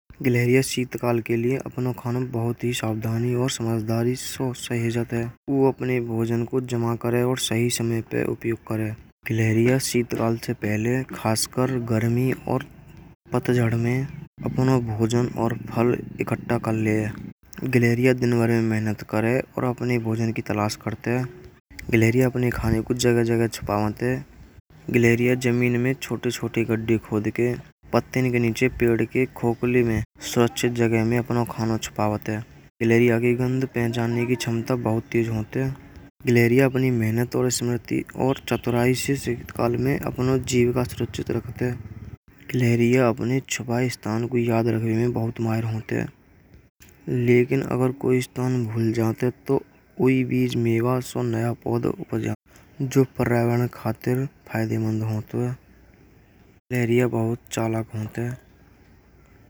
गिलहरी शीत कास्क के लिए अपना खाना बहुत ही सावधान और समझदारी से सह जाता है। वह अपने भोजन को जमा करें और सही समय पर उपयोग करें। गिलहरी शीतलाल से पहले खासकर गर्मी और पतझड़ में अपना भोजन और फल एकत्र कर लेवे है। गिलहरी दिनभर में मेहनत करें। और अपने भोजन की तलाश करते हैं। गिलहरी अपने खाने को जगह-जगह छिपा के लेरिया जमीन में छोटे-छोटे गड्ढे खोद के पत्ते के नीचे पेड़ के खोखले में स्वच्छ जगह में अपना खाना छुपावत है। गिलहरी गंध पहचानने की क्षमता बहुत तेज होती है। गिलहरियाँ अपनी मेहनत और स्मृति और चतुराई से शिखरकाल में अपने जीवन का सुरक्षित रखते हैं। गिलहरियाँ अपने छपाई स्थान को याद रखने में बहुत मार होते हैं। लेकिन अगर कोई गंध पहचानने की क्षमता बहुत तेज होती है। गिलहरियाँ अपनी मेहनत और स्मृति और चतुराई से शिखरकाल में अपने जीवन का सुरक्षित रखते हैं। गिलहरियाँ अपने छपाई स्थान को याद रखने में बहुत मार होते हैं। लेकिन अगर कोई स्थान भूल जाता तो कोई भी मेवासा नया पौधा। जो पर्यावरण खातिर फायदेमंद होता है। गिलहरियाँ बहुत चालाक होते हैं।